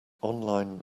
online